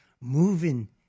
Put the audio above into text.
moving